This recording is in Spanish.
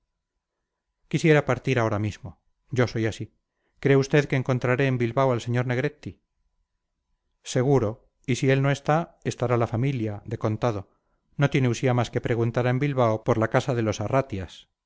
quisiera partir ahora mismo yo soy así cree usted que encontraré en bilbao al sr negretti seguro y si él no está estará la familia de contado no tiene usía más que preguntar en bilbao por la casa de los arratias